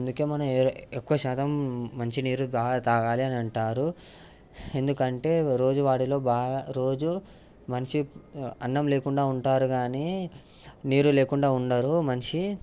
అందుకే మనం ఏ ఎక్కువ శాతం మంచినీరు బాగా తాగాలి అని అంటారు ఎందుకంటే రోజువారీలో బాగా రోజు మనిషి అన్నం లేకుండా ఉంటారు కానీ నీరు లేకుండా ఉండరు మనిషి